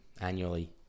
annually